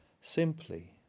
simply